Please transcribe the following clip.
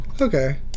Okay